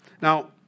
Now